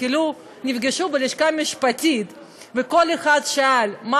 נפגשו בלשכה המשפטית וכל אחד שאל מה